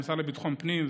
המשרד לביטחון פנים,